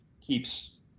keeps